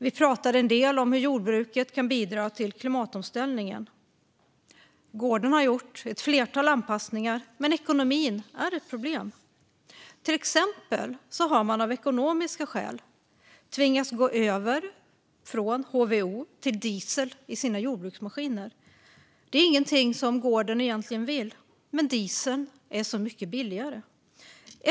Vi pratade en del om hur jordbruket kan bidra till klimatomställningen. Gården har gjort ett flertal anpassningar, men ekonomin är ett problem. Till exempel har man av ekonomiska skäl tvingats gå över från HVO till diesel i sina jordbruksmaskiner. Det är ingenting man på gården egentligen vill, men dieseln är så mycket billigare.